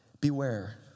beware